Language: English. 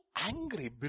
angry